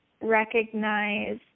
recognize